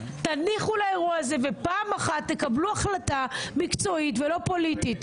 תניחו לאירוע הזה ופעם אחת תקבלו החלטה מקצועית ולא פוליטית.